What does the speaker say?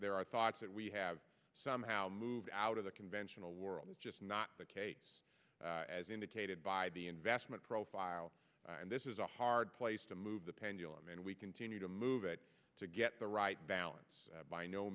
there are thoughts that we have somehow moved out of the conventional world is just not the case as indicated by the investment profile and this is a hard place to move the pendulum and we continue to move it to get the right balance by no